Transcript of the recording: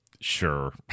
sure